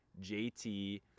jt